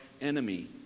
enemy